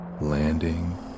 landing